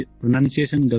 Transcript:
pronunciation